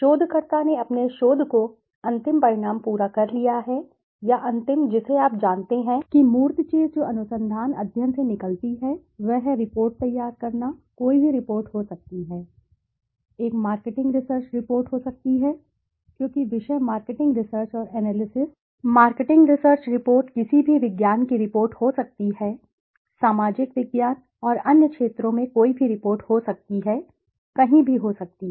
शोधकर्ता ने अपने शोध को अंतिम परिणाम पूरा कर लिया है या अंतिम जिसे आप जानते हैं कि मूर्त चीज जो अनुसंधान अध्ययन से निकलती है वह है रिपोर्ट तैयार करना कोई भी रिपोर्ट हो सकती है एक मार्केटिंग रिसर्च रिपोर्ट हो सकती है क्योंकि विषय मार्केटिंग रिसर्च एंड एनालिसिस हो सकता है मार्केटिंग रिसर्च रिपोर्ट किसी भी विज्ञान की रिपोर्ट हो सकती है सामाजिक विज्ञान और अन्य क्षेत्रों में कोई भी रिपोर्ट हो सकती है कहीं भी हो सकती है